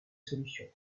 solutions